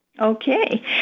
Okay